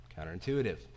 Counterintuitive